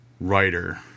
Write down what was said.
writer